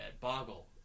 Boggle